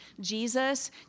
Jesus